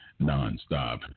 nonstop